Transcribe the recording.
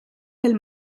pel